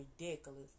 ridiculous